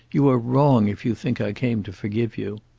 you are wrong if you think i came to forgive you.